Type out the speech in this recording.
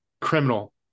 criminal